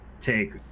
take